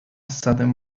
sudden